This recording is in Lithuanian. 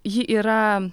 ji yra